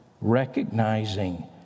recognizing